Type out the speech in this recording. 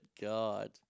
God